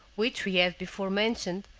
which we have before mentioned,